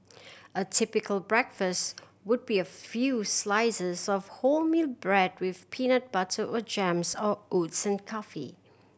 a typical breakfast would be a few slices of wholemeal bread with peanut butter or jams or oats and coffee